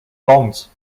bonds